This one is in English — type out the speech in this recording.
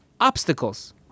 obstacles